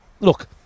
look